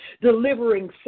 delivering